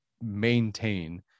maintain